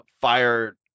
fire